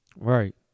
right